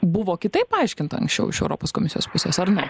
buvo kitaip paaiškinta anksčiau iš europos komisijos pusės ar ne